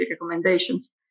recommendations